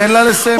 תן לה לסיים.